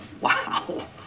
Wow